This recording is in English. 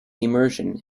immersion